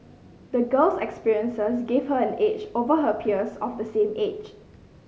the girl's experiences gave her an edge over her peers of the same age